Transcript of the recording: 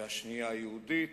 והשנייה יהודית,